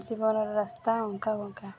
ଜୀବନର ରାସ୍ତା ଅଙ୍କା ବଙ୍କା